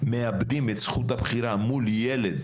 מאבדים את זכות הבחירה מול ילד